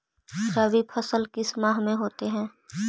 रवि फसल किस माह में होते हैं?